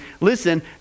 Listen